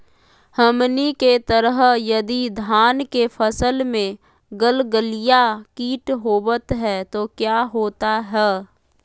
हमनी के तरह यदि धान के फसल में गलगलिया किट होबत है तो क्या होता ह?